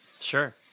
Sure